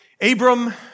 Abram